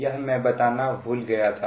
यह मैं बताना भूल गया था